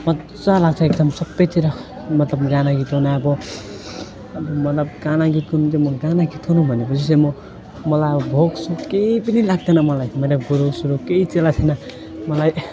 मजा लाग्छ एकदम सबैतिर मतलब गाना गीत गाउनु अब अन्त मलाई गाना गीत गाउनु चाहिँ म गाना गीत गाउनु भनेपछि चाहिँ म मलाई अब भोकसोक केही पनि लाग्दैन मलाई मेरो गुरुसुरु केही चेला छैन मलाई